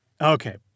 Okay